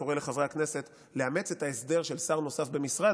קורא לחברי הכנסת לאמץ את ההסדר של שר נוסף במשרד